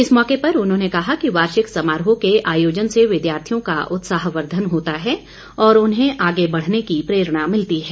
इस मौके पर उन्होंने कहा कि वार्षिक समारोह के आयोजन से विद्यार्थियों का उत्साहवर्धन होता है और उन्हे आगे बढ़ने की प्रेरणा मिलती है